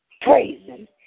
praising